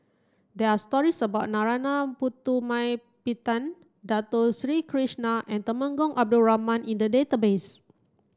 there are stories about Narana Putumaippittan Dato Sri Krishna and Temenggong Abdul Rahman in the database